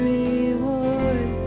reward